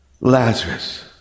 Lazarus